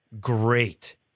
great